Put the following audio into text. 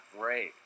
great